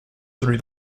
through